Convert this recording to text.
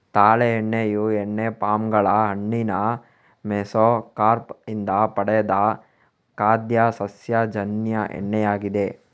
ತಾಳೆ ಎಣ್ಣೆಯು ಎಣ್ಣೆ ಪಾಮ್ ಗಳ ಹಣ್ಣಿನ ಮೆಸೊಕಾರ್ಪ್ ಇಂದ ಪಡೆದ ಖಾದ್ಯ ಸಸ್ಯಜನ್ಯ ಎಣ್ಣೆಯಾಗಿದೆ